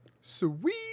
Sweet